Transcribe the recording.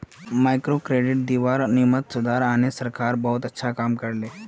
microcredit दीबार नियमत सुधार आने सरकार बहुत अच्छा काम कर ले